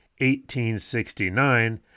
1869